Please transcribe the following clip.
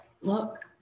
look